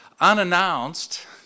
unannounced